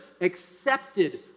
accepted